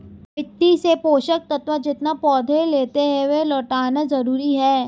मिट्टी से पोषक तत्व जितना पौधे लेते है, वह लौटाना जरूरी है